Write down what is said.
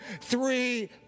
three